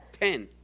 Ten